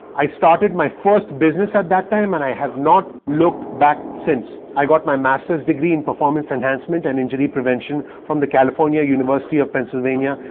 i started my first business at that time and i have not looked back since. i got my master's degree in performance enhancement and injury prevention from the california university of pennsylvania.